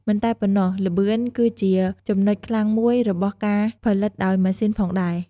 មិនតែប៉ុណ្ណោះល្បឿនគឺជាចំណុចខ្លាំងមួយរបស់ការផលិតដោយម៉ាស៊ីនផងដែរ។